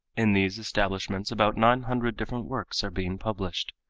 in these establishments about nine hundred different works are being published.